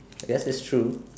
I guess it's true